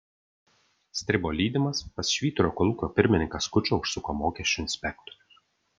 stribo lydimas pas švyturio kolūkio pirmininką skučą užsuko mokesčių inspektorius